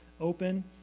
open